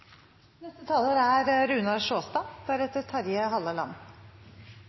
Neste talar er